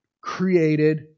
created